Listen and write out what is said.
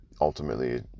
ultimately